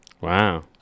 Wow